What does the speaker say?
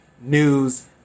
news